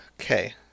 okay